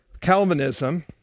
Calvinism